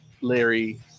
Larry